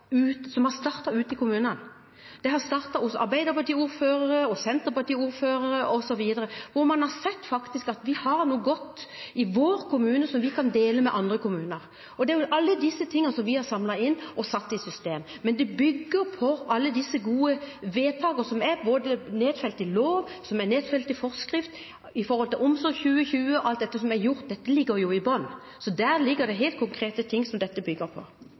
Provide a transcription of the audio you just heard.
har startet ute i kommunene. Det har startet hos Arbeiderparti-ordførere, Senterparti-ordførere osv., og man har sett at de har noe godt i sin kommune som de kan dele med andre kommuner. Det er alle disse tingene vi har samlet inn og satt i system. Men det bygger på alle de gode vedtakene som er nedfelt i lov og forskrift, og i Omsorg 2020. Alt som er gjort, ligger jo i bunnen. Så der ligger det helt konkrete ting som dette bygger på.